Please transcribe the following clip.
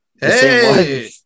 Hey